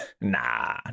nah